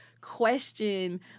question